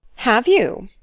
have you?